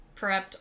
prepped